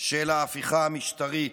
של ההפיכה המשטרית.